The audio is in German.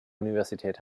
universität